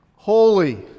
Holy